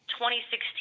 2016